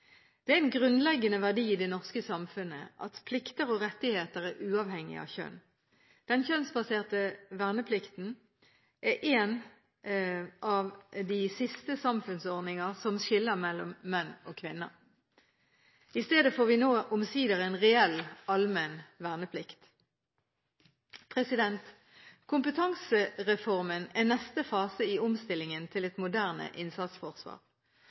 Det er en grunnleggende verdi i det norske samfunnet at plikter og rettigheter er uavhengig av kjønn. Den kjønnsbaserte verneplikten er en av de siste samfunnsordninger som skiller mellom menn og kvinner. I stedet får vi nå omsider en reell allmenn verneplikt. Kompetansereformen er neste fase i omstillingen til et moderne innsatsforsvar.